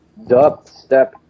dubstep